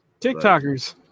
TikTokers